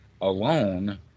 alone